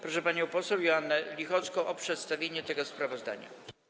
Proszę panią poseł Joannę Lichocką o przedstawienie tego sprawozdania.